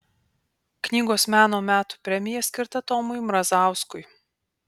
knygos meno metų premija skirta tomui mrazauskui